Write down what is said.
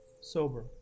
sober